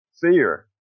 fear